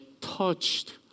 touched